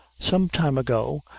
some time ago,